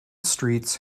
streets